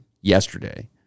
yesterday